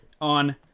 on